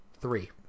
Three